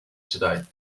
today